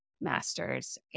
master's